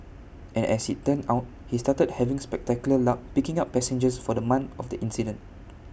and as IT turned out he started having spectacular luck picking up passengers for the month of the incident